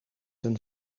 een